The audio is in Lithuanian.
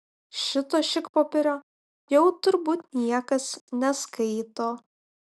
šito šikpopierio jau turbūt niekas neskaito